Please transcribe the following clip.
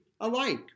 alike